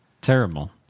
Terrible